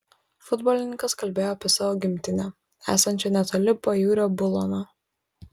futbolininkas kalbėjo apie savo gimtinę esančią netoli pajūrio bulono